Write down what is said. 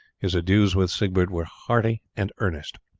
his adieus with siegbert were hearty and earnest.